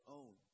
own